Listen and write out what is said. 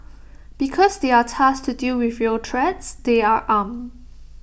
because they are tasked to deal with real threats they are armed